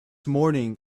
morning